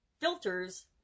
filters